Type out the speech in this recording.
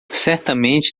certamente